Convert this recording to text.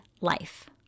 Life